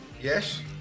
Yes